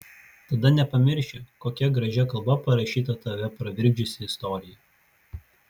tada nepamirši kokia gražia kalba parašyta tave pravirkdžiusi istorija